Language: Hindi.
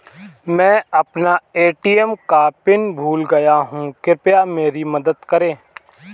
मैं अपना ए.टी.एम का पिन भूल गया हूं, कृपया मेरी मदद करें